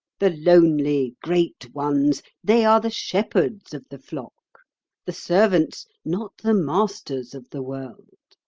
the lonely great ones, they are the shepherds of the flock the servants, not the masters of the world.